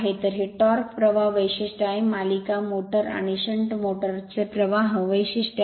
तर हे टॉर्क प्रवाह वैशिष्ट्य आहे मालिका मोटर आणि शंट मोटर ची प्रवाह वैशिष्ट्ये आहेत